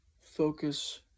focus